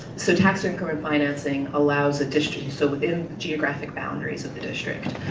so tax increment financing allows a district, so within geographic boundaries of the district